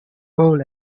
paul